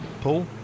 Paul